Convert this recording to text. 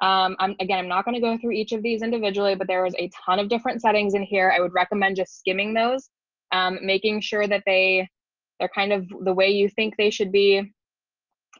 um again, i'm not going to go through each of these individually, but there was a ton of different settings in here. i would recommend just skimming those and um making sure that they they're kind of the way you think they should be